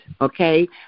okay